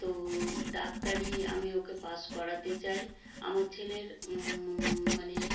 তো ডাক্তারি আমি ওকে পাস করাতে চাই আমার ছেলের মানে